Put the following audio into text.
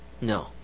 No